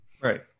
Right